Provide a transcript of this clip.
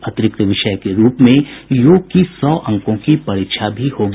अतिरिक्त विषय के रूप में योग की सौ अंकों की परीक्षा भी होगी